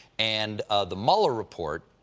and the mueller report,